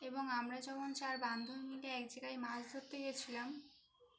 এবং আমরা যেমন চার বান্ধবী মিলে এক জায়গায় মাছ ধরতে গিয়েছিলাম